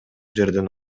жерден